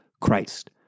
Christ